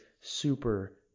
super